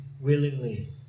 willingly